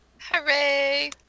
hooray